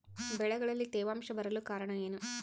ಬೆಳೆಗಳಲ್ಲಿ ತೇವಾಂಶ ಬರಲು ಕಾರಣ ಏನು?